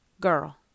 Girl